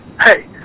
Hey